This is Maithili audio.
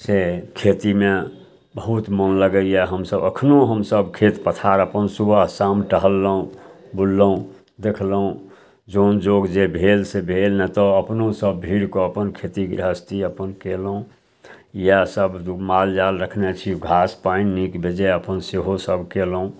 से खेतीमे बहुत मन लगय यऽ हमसब एखनो हमसब खेत पथार अपन सुबह शाम टहललहुँ बुललहुँ देखलहुँ जन जोग जे भेल से भेल नहि तऽ अपनोसँ भीरकऽ अपन खेती गृहस्थी अपन कयलहुँ इएह सब दू गो माल जाल रखने छी घास पानि नीक बेजाय अपन सेहो सब कयलहुँ